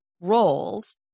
roles